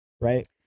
right